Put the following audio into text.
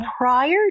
prior